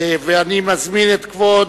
ואני מזמין את כבוד